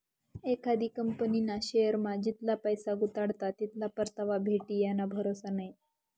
एखादी कंपनीना शेअरमा जितला पैसा गुताडात तितला परतावा भेटी याना भरोसा नै